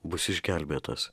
bus išgelbėtas